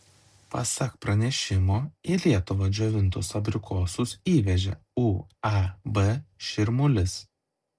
pasak pranešimo į lietuvą džiovintus abrikosus įvežė uab širmulis